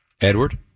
Edward